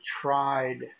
tried